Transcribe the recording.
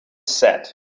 set